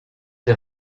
des